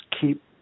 keep